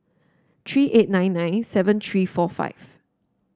three eight nine nine seven three four five